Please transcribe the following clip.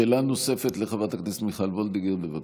שאלה נוספת, לחברת הכנסת מיכל וולדיגר, בבקשה.